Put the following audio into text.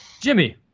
jimmy